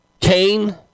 Cain